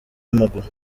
w’amaguru